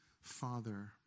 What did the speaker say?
father